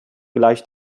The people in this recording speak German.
gleicht